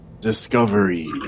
discovery